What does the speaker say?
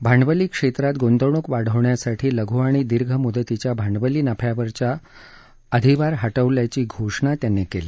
भांडवली क्षेत्रात गुंतवणूक वाढवण्यासाठी लघू आणि दीर्घ मुदतीच्या भांडवली नफ्यावरच्या अधिभार हटवल्याची घोषणा त्यांनी केली